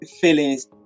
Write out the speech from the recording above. feelings